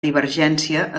divergència